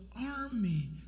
army